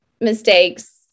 mistakes